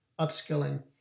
upskilling